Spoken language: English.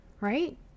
right